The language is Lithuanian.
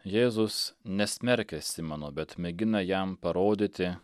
jėzus nesmerkia simono bet mėgina jam parodyti